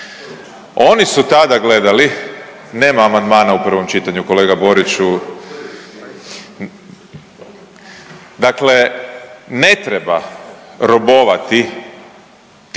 Oni su tada gledali, nema amandmana u prvom čitanju kolega Boriću, dakle ne treba robovati time